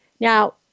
Now